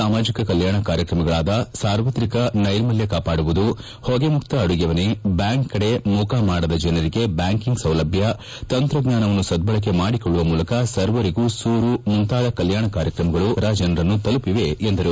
ಸಾಮಾಜಿಕ ಕಲ್ಯಾಣ ಕಾರ್ಯಕ್ರಮಗಳಾದ ಸಾರ್ವತ್ರಿಕ ನೈರ್ಮಲ್ಯ ಕಾಪಾಡುವುದು ಹೊಗೆಮುಕ್ತ ಅಡುಗೆಮನೆ ಬ್ಯಾಂಕ್ ಕಡೆ ಮುಖಮಾಡದ ಜನರಿಗೆ ಬ್ಯಾಂಕಿಂಗ್ ಸೌಲಭ್ಯ ತಂತ್ರಜ್ಞಾನವನ್ನು ಸದ್ಧಳಕೆ ಮಾಡಿಕೊಳ್ಳುವ ಮೂಲಕ ಸರ್ವರಿಗೂ ಸೂರು ಮುಂತಾದ ಕಲ್ಕಾಣ ಕಾರ್ಯಕ್ರಮಗಳು ಅಸಂಖ್ಯಾತರ ಜನರನ್ನು ತಲುಪಿವೆ ಎಂದರು